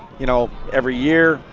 you know, every year,